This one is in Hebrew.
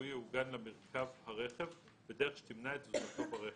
הרפואי יעוגן למרכב הרכב בדרך שתמנע את תזוזתו ברכב.